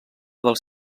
dels